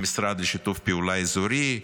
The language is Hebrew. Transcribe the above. למשרד לשיתוף פעולה אזורי,